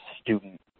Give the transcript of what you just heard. student